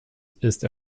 ist